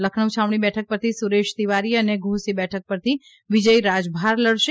લખનઉ છાવણી બેઠક પરથી સુરેશ તિવારી અને ઘોસી બેઠક પરથી વિજય રાજભાર લડશે